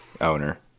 Owner